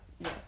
Yes